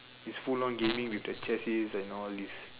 it's full on gaming with the chest ears and all these